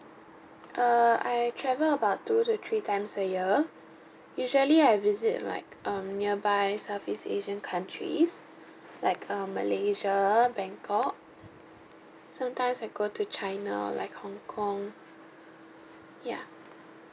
uh I travel about two to three times a year usually I visit like um nearby southeast asian countries like um malaysia bangkok sometimes I go to china like hong kong ya